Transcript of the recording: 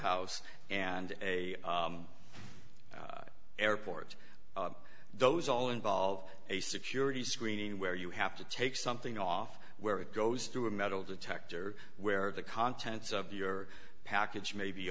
house and a airport those all involve a security screening where you have to take something off where it goes through a metal detector where the contents of your package may be